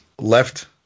left